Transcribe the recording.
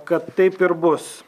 kad taip ir bus